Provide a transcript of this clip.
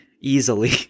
Easily